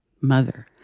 mother